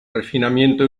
refinamiento